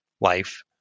life